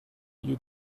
you